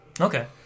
Okay